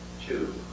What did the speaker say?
two